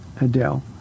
Adele